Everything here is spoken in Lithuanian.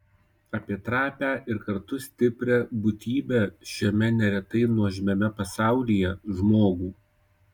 apie trapią ir kartu stiprią būtybę šiame neretai nuožmiame pasaulyje žmogų